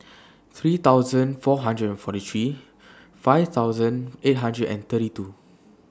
three thousand four hundred and forty three five thousand eight hundred and thirty two